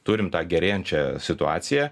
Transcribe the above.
turim tą gerėjančią situaciją